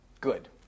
Good